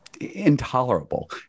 intolerable